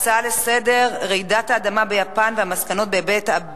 הצעות לסדר-היום מס' 5353,